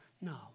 No